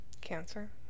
Cancer